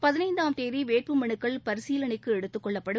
பதினைந்தாம் தேதி வேட்புமனுக்கள் பரிசீலனைக்கு எடுத்துககொள்ளப்படும்